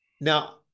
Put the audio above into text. now